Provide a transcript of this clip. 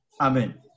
Amen